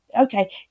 okay